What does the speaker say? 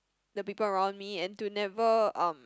the people around me and to never um